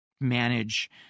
manage